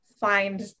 find